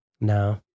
No